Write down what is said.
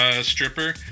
stripper